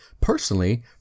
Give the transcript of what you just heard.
personally